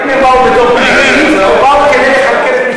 אבל האם הם באו בתור פליטים או באו כדי לכלכל את משפחתם?